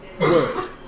word